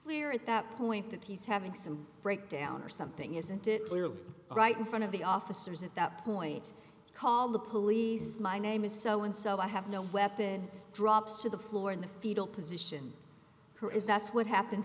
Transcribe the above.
clear at that point that he's having some breakdown or something isn't it clearly right in front of the officers at that point call the police my name is so and so i have no weapon drops to the floor in the fetal position who is that's what happens